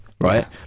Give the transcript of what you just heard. Right